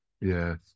yes